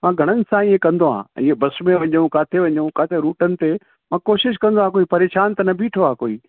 मां घणनि सां ईअं कंदो आहे ईअं बस में वञू काथे वञू रूटनि ते मां कोशिशि कंदो आहियां कोई परेशान त बीठो आहे कोई